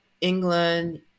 England